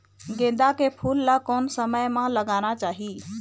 गेंदा के फूल ला कोन समय मा लगाना चाही?